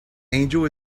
angel